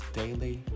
daily